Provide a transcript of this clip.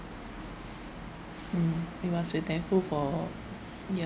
mm we must be thankful for ya